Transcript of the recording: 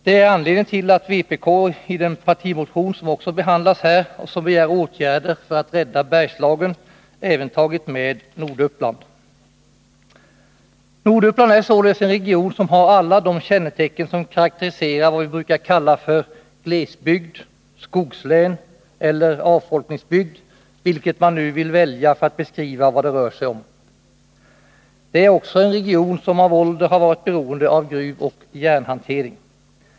Det är anledningen till att vpk i den partimotion som också behandlas här och som begär åtgärder för att rädda Bergslagen även tagit med Norduppland. Norduppland är således en region som har alla de kännetecken som karakteriserar vad vi brukar kalla för glesbygd, skogslän eller avfolkningsbygd, vilket ord man nu vill välja för att beskriva vad det rör sig om. Det är också en region som av ålder varit beroende av gruvoch järnhanteringen.